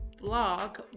blog